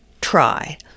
try